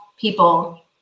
people